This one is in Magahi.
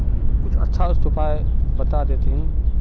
कुछ अच्छा उपाय बता देतहिन?